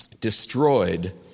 destroyed